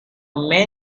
man